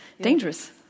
dangerous